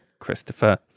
Christopher